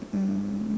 um